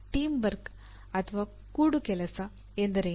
team work ಎಂದರೇನು